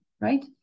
right